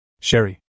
Sherry